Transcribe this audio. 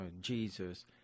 Jesus